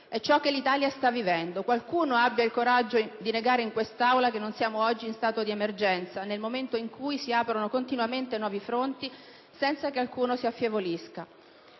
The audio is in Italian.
È ciò che 1'Italia sta vivendo: qualcuno abbia il coraggio di negare in quest'Aula che siamo oggi in stato di emergenza, nel momento in cui si aprono continuamente nuovi fronti senza che alcuno si affievolisca.